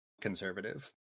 conservative